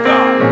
God